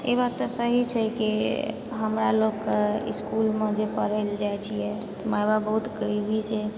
ई बात तऽ सही छै कि हमरा लोककेँ इसकुलमे जे पढ़ै लए जाइ छिऐ माय बाप बहुत गरीबी छै